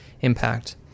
impact